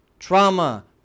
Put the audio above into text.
Trauma